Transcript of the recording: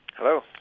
Hello